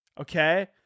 Okay